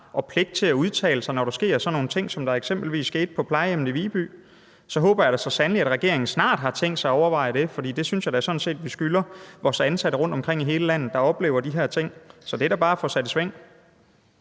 og pligt til at udtale sig, når der sker sådan nogle ting, som der eksempelvis skete på plejehjemmet i Viby? Så håber jeg da så sandelig, at regeringen snart har tænkt sig at overveje det, for det synes jeg da sådan set vi skylder vores ansatte rundtomkring i hele landet, der oplever de her ting. Så det er da bare at få sat det i sving.